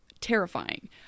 terrifying